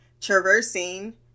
traversing